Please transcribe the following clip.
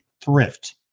thrift